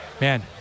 Man